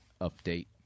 update